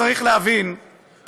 אני רוצה להגיב על זה.